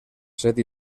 set